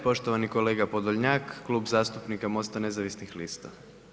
Poštovani kolega Podolnjak, Klub zastupnika MOST-a Nezavisnih lista.